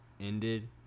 ended